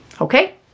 Okay